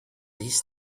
this